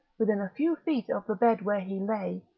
within a few feet of the bed where he lay,